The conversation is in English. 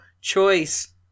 choice